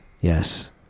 yes